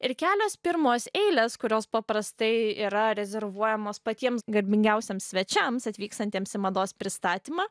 ir kelios pirmos eilės kurios paprastai yra rezervuojamos patiems garbingiausiems svečiams atvykstantiems į mados pristatymą